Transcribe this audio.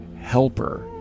helper